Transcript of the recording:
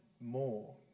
more